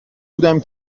بودم